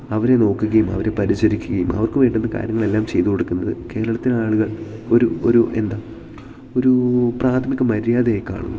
അവരെ നോക്കുകയും അവരെ പരിചരിക്കുകയും അവർക്ക് വേണ്ടുന്ന കാര്യങ്ങളെല്ലാം ചെയ്തു കൊടുക്കുന്നത് കേരളത്തിലെ ആളുകൾ ഒരു ഒരു എന്താ ഒരു പ്രാഥമിക മര്യാദയായിക്കാണുന്നു